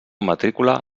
matrícula